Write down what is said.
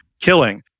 Killing